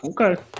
okay